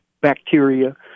bacteria